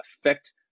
affect